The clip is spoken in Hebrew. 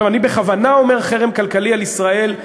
עכשיו, אני בכוונה אומר "חרם כלכלי על ישראל",